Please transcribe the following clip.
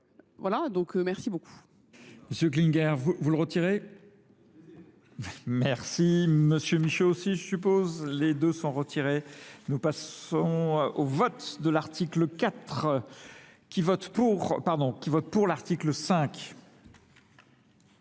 Voilà, donc merci beaucoup.